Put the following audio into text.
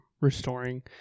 restoring